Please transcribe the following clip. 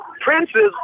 princes